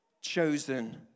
chosen